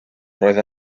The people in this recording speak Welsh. roedd